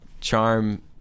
Charm